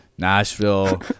Nashville